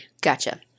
Gotcha